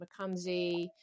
McComsey